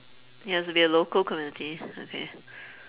it has to be a local community okay